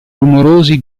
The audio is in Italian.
rumorosi